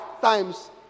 times